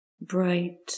bright